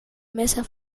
mesa